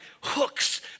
hooks